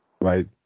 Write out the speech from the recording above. right